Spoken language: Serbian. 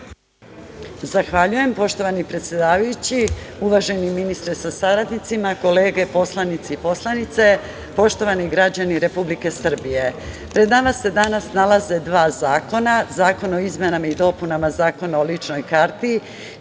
Zahvaljujem. Poštovani predsedavajući, uvaženi ministre sa saradnicima, kolege poslanici i poslanice, poštovani građani Republike Srbije, pred nama se danas nalaze dva zakona – Zakon o izmenama i dopunama Zakona o ličnoj karti